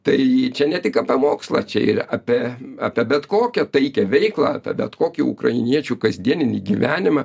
tai čia ne tik apie mokslą čia ir apie apie bet kokią taikią veiklą apie bet kokį ukrainiečių kasdieninį gyvenimą